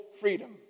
freedom